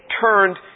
turned